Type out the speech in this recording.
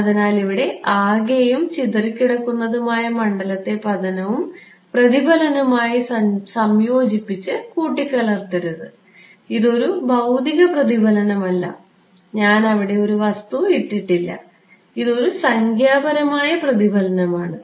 അതിനാൽ ഇവിടെ ആകെയും ചിതറിക്കിടക്കുന്നതുമായ മണ്ഡലത്തെ പതനവും പ്രതിഫലനവുമായി സംയോജിപ്പിച്ച് കൂട്ടിക്കലർത്തരുത് ഇത് ഒരു ഭൌതിക പ്രതിഫലനമല്ല ഞാൻ അവിടെ ഒരു വസ്തു ഇട്ടിട്ടില്ല ഇത് ഒരു സംഖ്യാപരമായ പ്രതിഫലനം ആണ്